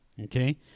okay